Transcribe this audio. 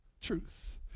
truth